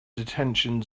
detention